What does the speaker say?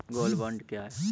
Gold bond क्या है?